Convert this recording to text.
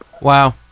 Wow